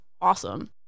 awesome